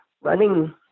running